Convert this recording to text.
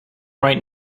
right